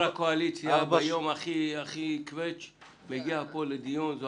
הקואליציה ביום הכי עמוס מגיע לדיון פה ושואל שאלה,